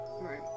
Right